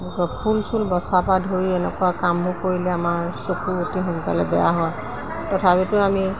ধৰক ফুল চুল বচাৰপৰা ধৰি এনেকুৱা কামবোৰ কৰিলে আমাৰ চকু অতি সোনকালে বেয়া হয় তথাপিতো আমি